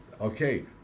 Okay